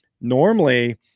Normally